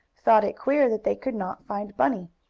thought it queer that they could not find bunny,